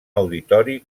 auditori